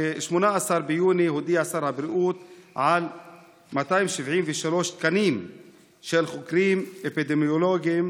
ב-18 ביוני הודיע שר הבריאות על 273 תקנים של חוקרים אפידמיולוגיים,